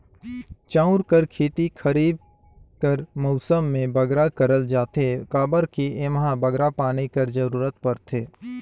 चाँउर कर खेती खरीब कर मउसम में बगरा करल जाथे काबर कि एम्हां बगरा पानी कर जरूरत परथे